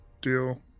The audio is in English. deal